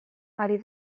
ari